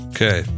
Okay